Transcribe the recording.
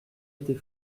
étais